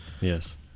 Yes